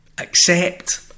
accept